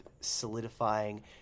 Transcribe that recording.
solidifying